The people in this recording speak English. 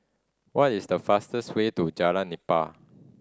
what is the fastest way to Jalan Nipah